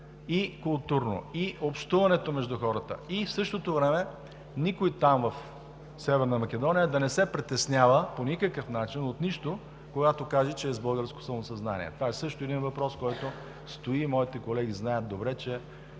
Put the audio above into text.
и културното, и общуването между хората. В същото време никой там, в Северна Македония, да не се притеснява по никакъв начин от нищо, когато каже, че е с българско самосъзнание. Това също е един въпрос, който стои, и моите колеги добре